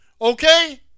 Okay